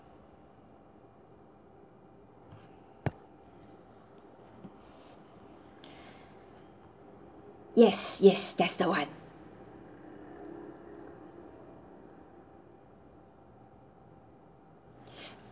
yes yes that's the one